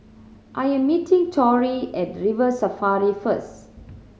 I am meeting Torrie at River Safari first